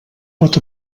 pot